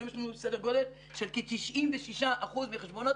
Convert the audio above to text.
והיום יש לנו סדר גודל של כ-96% מחשבונות